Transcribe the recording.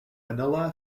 manila